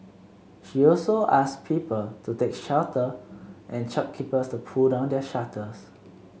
she also asked people to take shelter and shopkeepers to pull down their shutters